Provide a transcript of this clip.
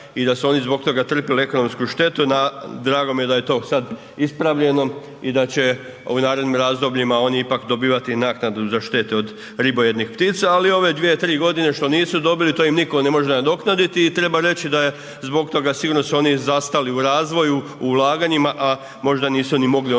i da su oni zbog toga trpjeli ekonomsku štetu. Drago mi je da je to sad ispravljeno i da će u ovim narednim razdobljima oni ipak dobivati naknadu za štete od ribojednih ptica, ali ove dvije tri godine što nisu dobili, to im nitko ne može nadoknaditi i treba reći da je zbog toga sigurno su oni zastali u razvoju, u ulaganjima, a možda nisu ni mogli onda